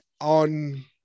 on